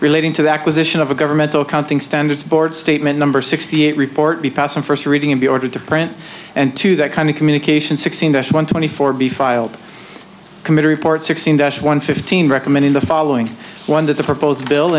relating to the acquisition of a governmental accounting standards board statement number sixty eight report be passed on first reading in the order to print and to that kind of communication sixteen dash one twenty four b filed committee report sixteen dash one fifteen recommend in the following one that the proposed bill